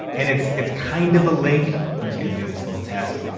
and it's it's kind of a link. i'm just gonna do this little test.